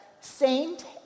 Saint